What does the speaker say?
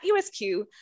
USQ